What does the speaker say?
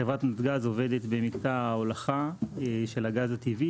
חברת נתג"ז עובדת במקטע הולכה של הגז הטבעי,